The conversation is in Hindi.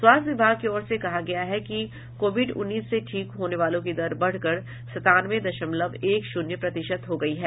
स्वास्थ्य विभाग की ओर से कहा गया है कि कोविड उन्नीस से ठीक होने वालों की दर बढ़कर संतानवे दशमलव एक शून्य प्रतिशत हो गयी है